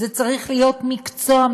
זה צריך להיות מקצוע,